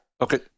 Okay